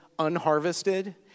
unharvested